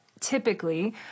typically